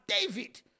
David